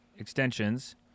extensions